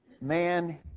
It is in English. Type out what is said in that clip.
man